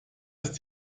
ist